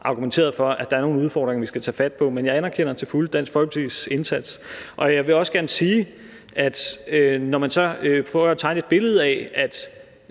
argumenteret for, at der er nogle udfordringer, vi skal tage fat på. Men jeg anerkender til fulde Dansk Folkepartis indsats, og jeg vil også gerne sige, at når man prøver at tegne et billede af, at